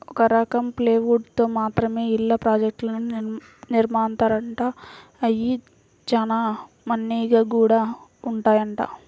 ఒక రకం ప్లైవుడ్ తో మాత్రమే ఇళ్ళ ప్రాజెక్టులను నిర్మిత్తారంట, అయ్యి చానా మన్నిగ్గా గూడా ఉంటాయంట